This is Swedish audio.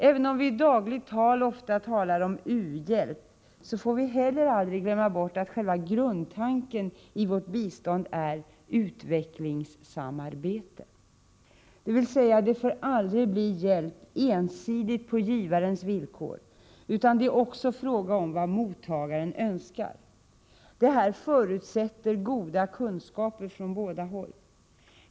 Även om vi i dagligt tal ofta talar om ”u-hjälp”, får vi aldrig glömma att själva grundtanken i vårt bistånd är ”utvecklingssamarbete”, dvs. det får aldrig bli hjälp ensidigt på givarens villkor, utan det är också frågan om vad mottagaren önskar. Detta förutsätter goda kunskaper från båda håll.